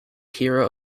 hero